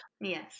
Yes